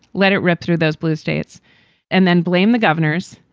let it rip through those blue states and then blame the governors.